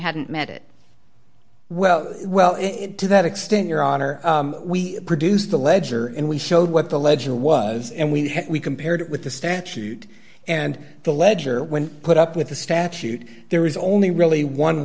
hadn't met it well well to that extent your honor we produced the ledger and we showed what the legend was and we compared with the statute and the ledger when put up with the statute there is only really one